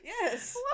Yes